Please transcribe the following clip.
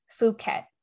Phuket